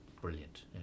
brilliant